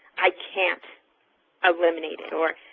i can't eliminate it. or